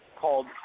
called